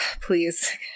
please